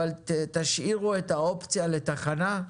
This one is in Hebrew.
אבל תשאירו את האופציה לתחנה?